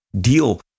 deal